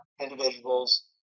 individuals